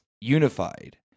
unified